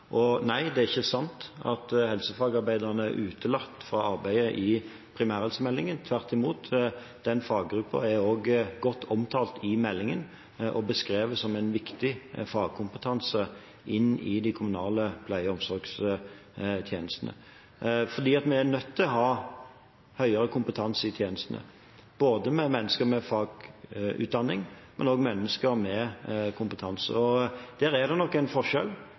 og nei, det er ikke sant at helsefagarbeiderne er utelatt fra arbeidet i primærhelsemeldingen. Tvert imot, den faggruppen er godt omtalt i meldingen og beskrevet som en viktig fagkompetanse i de kommunale pleie- og omsorgstjenestene. Vi er nødt til å ha høyere kompetanse i tjenestene, både mennesker med fagutdanning og mennesker med kompetanse. Der er det nok en forskjell